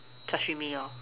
sashimi lor